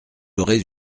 aurez